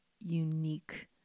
unique